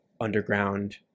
underground